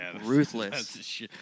ruthless